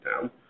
down